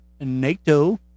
NATO